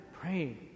praying